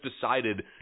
decided